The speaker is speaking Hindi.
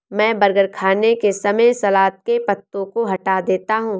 मैं बर्गर खाने के समय सलाद के पत्तों को हटा देता हूं